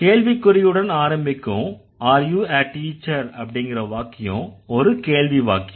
கேள்விக்குறியுடன் ஆரம்பிக்கும் are you a teacher அப்படிங்கற வாக்கியம் ஒரு கேள்வி வாக்கியம்